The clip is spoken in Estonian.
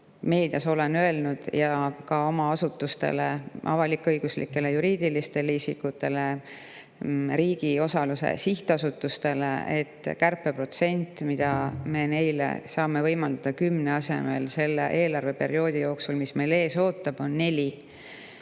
meedias öelnud, ka oma asutustele, avalik-õiguslikele juriidilistele isikutele, riigi osalusega sihtasutustele [öelnud], et kärpeprotsent, mida me neile saame võimaldada kümne asemel selle eelarveperioodi jooksul, mis meid ees ootab, on neli.